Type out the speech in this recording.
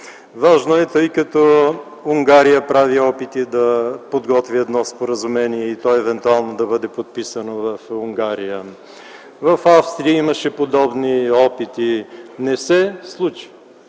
Важно е, тъй като Унгария прави опити да подготви едно споразумение и то евентуално да бъде подписано в Унгария. В Австрия имаше подобни опити. Не се случи.